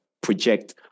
project